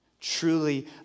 truly